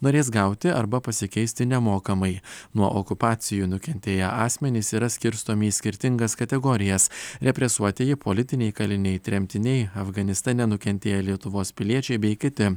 norės gauti arba pasikeisti nemokamai nuo okupacijų nukentėję asmenys yra skirstomi į skirtingas kategorijas represuotieji politiniai kaliniai tremtiniai afganistane nukentėję lietuvos piliečiai bei kiti